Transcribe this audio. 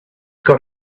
got